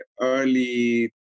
early